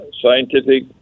scientific